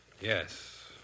Yes